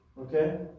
Okay